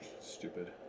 Stupid